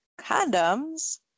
condoms